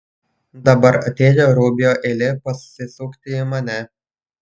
dabar atėjo rubio eilė pasisukti į mane